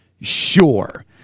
Sure